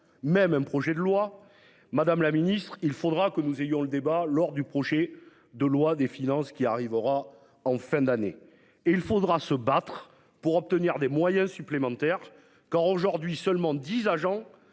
même un projet de loi, madame la ministre, il faudra que nous ayons le débat lors du projet de loi des finances qui arrivera en fin d'année et il faudra se battre pour obtenir des moyens supplémentaires car aujourd'hui, seulement 10 agents